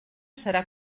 serà